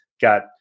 got